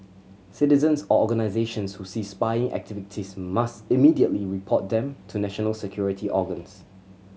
citizens or organisations who see spying activities must immediately report them to national security organs